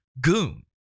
goon